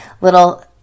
little